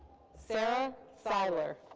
sarah seiler.